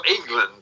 England